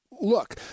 look